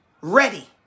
ready